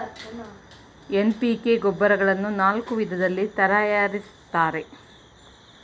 NPK ಗೊಬ್ಬರಗಳನ್ನು ನಾಲ್ಕು ವಿಧದಲ್ಲಿ ತರಯಾರಿಸ್ತರೆ